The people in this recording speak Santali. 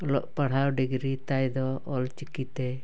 ᱚᱞᱚᱜ ᱯᱟᱲᱦᱟᱣ ᱰᱤᱜᱽᱨᱤ ᱛᱟᱭ ᱫᱚ ᱚᱞᱪᱤᱠᱤ ᱛᱮ